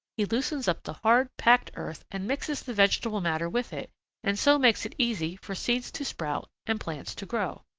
he loosens up the hard, packed earth and mixes the vegetable matter with it and so makes it easy for seeds to sprout and plants to grow.